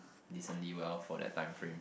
decently well for that time frame